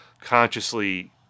consciously